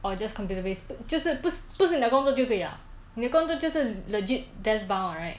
or just computer based 就是不不是你的工作就对了你的工作就是 desk bound right